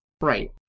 Right